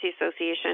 Association